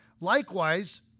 likewise